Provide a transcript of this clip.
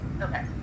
Okay